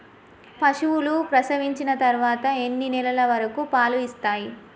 పశువులు ప్రసవించిన తర్వాత ఎన్ని నెలల వరకు పాలు ఇస్తాయి?